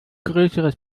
größeres